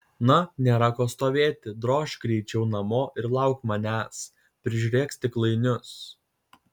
na nėra ko stovėti drožk greičiau namo ir lauk manęs prižiūrėk stiklainius